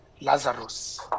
Lazarus